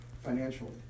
financially